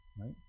right